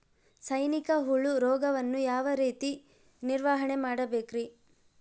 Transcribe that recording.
ಸೈನಿಕ ಹುಳು ರೋಗವನ್ನು ಯಾವ ರೇತಿ ನಿರ್ವಹಣೆ ಮಾಡಬೇಕ್ರಿ?